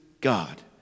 God